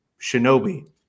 Shinobi